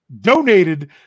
donated